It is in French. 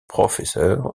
prof